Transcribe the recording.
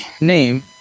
Name